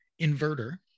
inverter